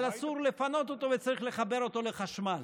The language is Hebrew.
אבל אסור לפנות אותו וצריך לחבר אותו לחשמל?